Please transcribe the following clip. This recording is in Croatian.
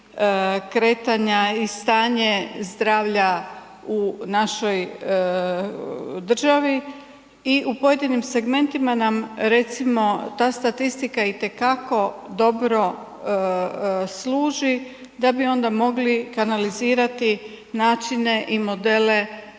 kretanja i stanje zdravlja u našoj državi i pojedinim segmentima nam recimo ta statistika itekako dobro služi da bi onda mogli kanalizirati načine i modele